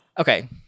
Okay